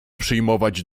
przyjmować